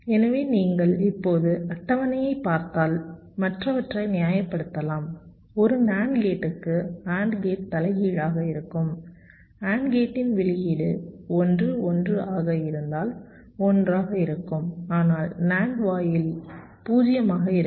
எனவே நீங்கள் இப்போது அட்டவணையைப் பார்த்தால் மற்றவற்றை நியாயப்படுத்தலாம் ஒரு NAND கேட்டுக்கு AND கேட் தலைகீழாக இருக்கும் AND கேட்டின் வெளியீடு 1 1 ஆக இருந்தால் 1 ஆக இருக்கும் ஆனால் NAND வாயில் 0 ஆக இருக்கும்